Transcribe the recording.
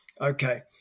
Okay